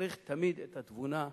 צריך תמיד את התבונה,